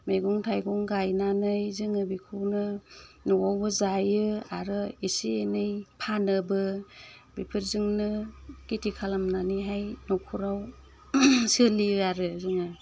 मैगं थाइगं गायनानै जों बेखौनो न'आवबो जायो आरो एसे एनै फानोबो बेफोरजोंनो खेथि खालामनानैहाय न'खराव सोलियो आरो बिदिनो